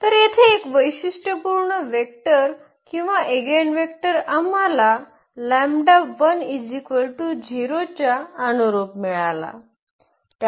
तर येथे एक वैशिष्ट्यपूर्ण वेक्टर किंवा ईगेनवेक्टर आम्हाला λ1 0 च्या अनुरुप मिळाला